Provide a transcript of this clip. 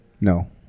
No